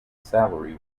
salary